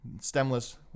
Stemless